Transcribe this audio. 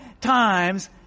times